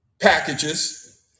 packages